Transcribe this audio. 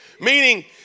Meaning